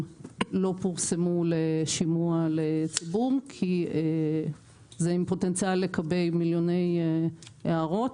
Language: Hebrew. לא פורסמו לשימוע לציבור כי זה עם פוטנציאל לקבל מיליוני הערות.